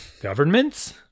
governments